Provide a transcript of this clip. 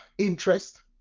interest